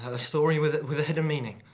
a story with with a hidden meaning.